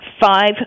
five